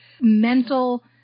mental